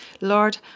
Lord